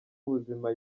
ubuzima